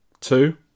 Two